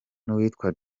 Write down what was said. n’uwitwa